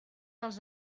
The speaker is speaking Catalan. dels